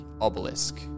obelisk